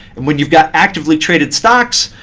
and when you've got actively traded stocks,